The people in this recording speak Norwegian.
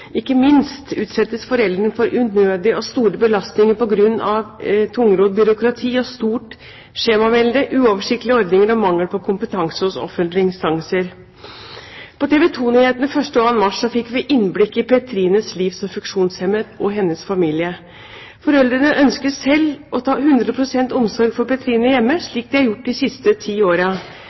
Ikke minst utsettes foreldrene for unødige og store belastninger på grunn av tungrodd byråkrati og stort skjemavelde, uoversiktlige ordninger og mangel på kompetanse hos offentlige instanser. På TV 2-nyhetene 1. og 2. mars fikk vi innblikk i Petrines liv som funksjonshemmet og hennes familie. Foreldrene ønsket selv å ta 100 pst. omsorg for Petrine hjemme, slik de har gjort de siste ti